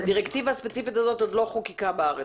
הדירקטיבה הספציפית הזאת עוד לא חוקקה בארץ.